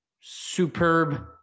superb